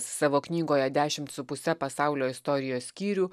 savo knygoje dešimt su puse pasaulio istorijos skyrių